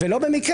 לא במקרה,